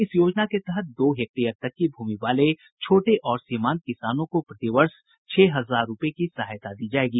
इस योजना के तहत दो हेक्टेयर तक की भूमि वाले छोटे और सीमांत किसानों को प्रतिवर्ष छह हजार रुपये की सहायता दी जाएगी